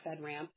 FedRAMP